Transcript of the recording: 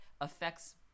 affects